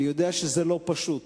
אני יודע שזה לא פשוט.